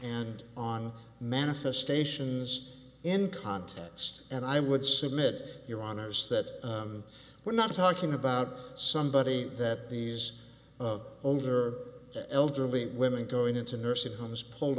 and on manifestations in context and i would submit your honour's that we're not talking about somebody that these of older elderly women going into nursing homes pulled